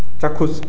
চাক্ষুষ